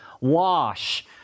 Wash